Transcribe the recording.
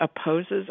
opposes